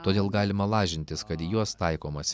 todėl galima lažintis kad į juos taikomasi